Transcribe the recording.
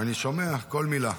אני שומע כל מילה.